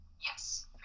yes